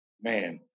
man